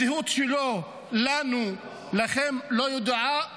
הזהות שלו לא ידועה לנו,